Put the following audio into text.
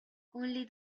only